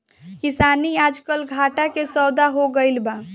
किसानी आजकल घाटा के सौदा हो गइल बा